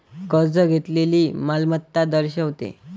कर्ज घेतलेली मालमत्ता दर्शवते